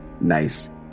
Nice